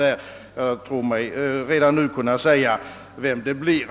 Jag tror mig redan nu kunna säga vem det blir.